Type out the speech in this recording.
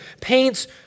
paints